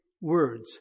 words